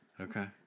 Okay